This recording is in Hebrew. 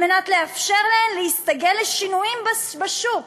כדי לאפשר להן להסתגל לשינויים בשוק.